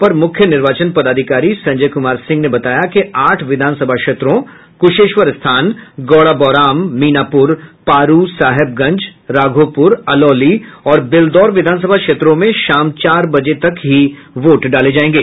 अपर मुख्य निर्वाचन पदाधिकारी संजय कुमार सिंह ने बताया कि आठ विधानसभा क्षेत्रों कुशेश्वरस्थान गौड़ाबौराम मीनापुर पारू साहेबगंज राघोपुर अलौली और बेलदौर विधानसभा क्षेत्रों में शाम चार बजे तक ही वोट डाले जायेंगे